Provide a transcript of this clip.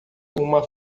uma